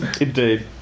indeed